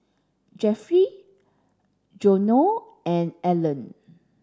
Jeffry Geno and Allan